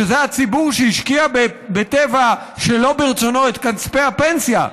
שזה הציבור שהשקיע בטבע שלא ברצונו את כספי הפנסיה,